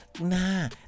nah